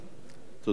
תודה רבה.